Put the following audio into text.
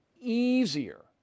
easier